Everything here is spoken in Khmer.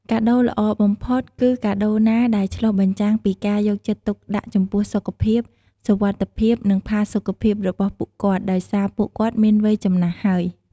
កាដូរល្អបំផុត គឺកាដូរណាដែលឆ្លុះបញ្ចាំងពីការយកចិត្តទុកដាក់ចំពោះសុខភាព សុវត្ថិភាព និងផាសុខភាពរបស់ពួកគាត់ដោយសារពួកគាត់មានវ័យចំណាស់ហើយ។